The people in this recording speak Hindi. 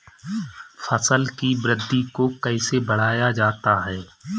फसल की वृद्धि को कैसे बढ़ाया जाता हैं?